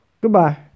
Goodbye